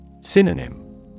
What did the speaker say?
Synonym